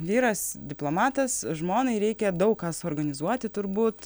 vyras diplomatas žmonai reikia daug ką suorganizuoti turbūt